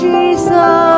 Jesus